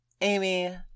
Amy